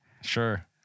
Sure